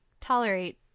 tolerate